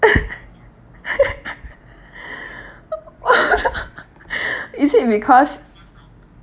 is it because